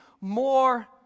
more